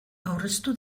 aurreztu